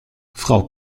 frau